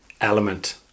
element